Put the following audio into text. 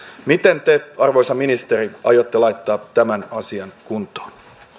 miten te arvoisa ministeri aiotte laittaa tämän asian kuntoon